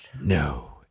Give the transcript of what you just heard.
no